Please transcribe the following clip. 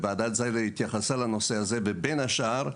וועדת זיילר התייחסה לנושא הזה, ובין השאר,